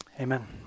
Amen